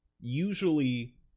usually